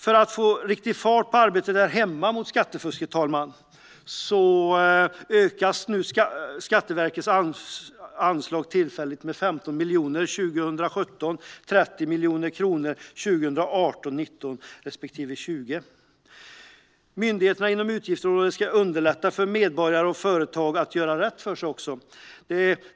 För att få riktig fart på arbetet mot skattefusk här hemma ökas Skatteverkets anslag tillfälligt med 15 miljoner 2017 och 30 miljoner 2018, 2019 respektive 2020. Myndigheterna inom utgiftsområdet ska underlätta för medborgare och företag att göra rätt för sig.